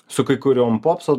su kai kurioms popso